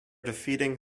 defeating